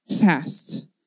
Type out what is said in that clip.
fast